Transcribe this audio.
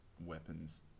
weapons